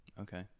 Okay